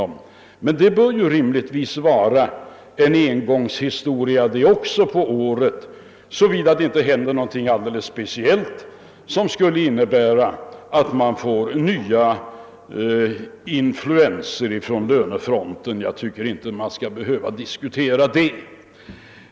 Men detta bör ju också rimligtvis vara en engångsföreteelse under året, såvida det inte händer någonting alldeles speciellt som innebär att man får nya influensor på lönefronten, men jag tycker inte man skall behöva diskutera den saken.